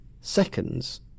seconds